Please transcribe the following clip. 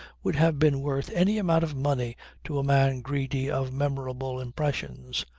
would have been worth any amount of money to a man greedy of memorable impressions.